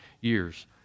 years